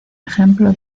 ejemplo